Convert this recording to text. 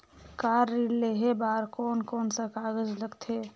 Car ऋण लेहे बार कोन कोन सा कागज़ लगथे?